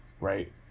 right